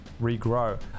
regrow